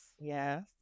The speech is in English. Yes